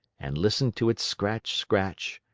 and listened to its scratch, scratch,